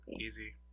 Easy